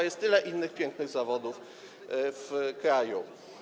Jest tyle innych pięknych zawodów w kraju.